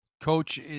Coach